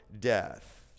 death